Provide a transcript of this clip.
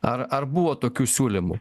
ar ar buvo tokių siūlymų